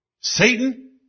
Satan